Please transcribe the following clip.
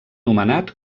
nomenat